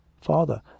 father